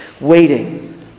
waiting